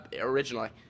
originally